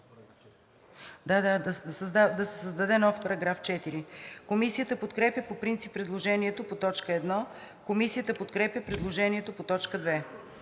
Симеонов да се създаде нов § 4. Комисията подкрепя по принцип предложението по т. 1. Комисията подкрепя предложението по т. 2.